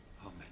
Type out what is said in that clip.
Amen